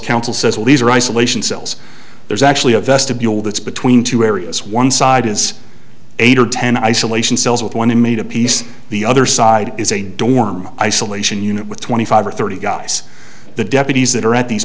counsel says well these are isolation cells there's actually a vestibule that's between two areas one side is eight or ten isolation cells with one inmate apiece the other side is a dorm isolation unit with twenty five or thirty guys the deputies that are at these